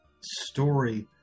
story